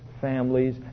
families